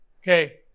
okay